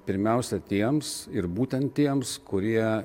pirmiausia tiems ir būtent tiems kurie